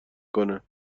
کنه